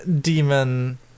demon